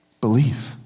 Believe